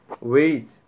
wait